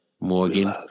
Morgan